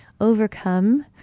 overcome